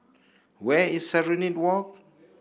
where is Serenade Walk